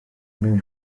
mewn